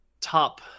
top